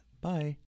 Bye